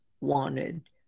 wanted